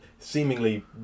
seemingly